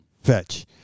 Fetch